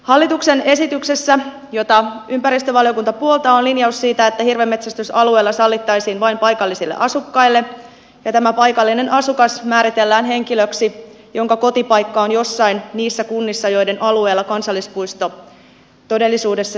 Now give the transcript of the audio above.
hallituksen esityksessä jota ympäristövaliokunta puoltaa on linjaus siitä että hirvenmetsästys alueella sallittaisiin vain paikallisille asukkaille ja tämä paikallinen asukas määritellään henkilöksi jonka kotipaikka on jossain niissä kunnissa joiden alueella kansallispuisto todellisuudessa sijaitsee